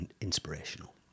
inspirational